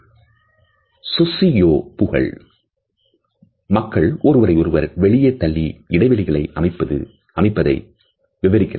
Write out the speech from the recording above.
socio பூகள் மக்கள் ஒருவரை ஒருவர் வெளியே தள்ளி இடைவெளிகளை அமைப்பதை விவரிக்கிறது